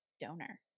donor